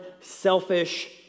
selfish